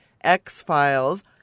X-Files